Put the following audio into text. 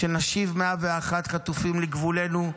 שנשיב 101 חטופים לגבולנו.